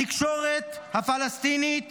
התקשורת הפלסטינית